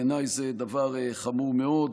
בעיניי זה דבר חמור מאוד.